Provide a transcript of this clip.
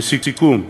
לסיכום,